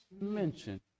mention